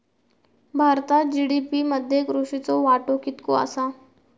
भारतात जी.डी.पी मध्ये कृषीचो वाटो कितको आसा?